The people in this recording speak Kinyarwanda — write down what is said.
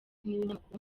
n’ibinyamakuru